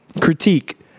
critique